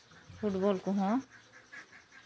football ᱠᱚ ᱦᱚᱸ